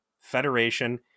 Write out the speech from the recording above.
Federation